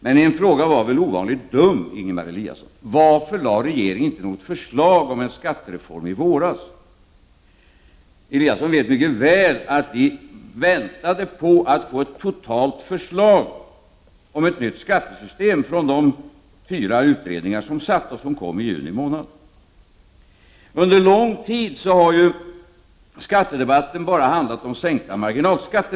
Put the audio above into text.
Men en fråga var väl ovanligt dum, Ingemar Eliasson, nämligen den om varför regeringen inte lade fram något förslag om en skattereform i våras? Ingemar Eliasson vet mycket väl att regeringen väntade på att få ett totalt förslag om ett nytt skattesystem från de fyra utredningar som pågick och vilkas förslag kom i juni månad. Skattedebatten har under lång tid bara handlat om sänkta marginalskatter.